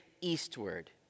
eastward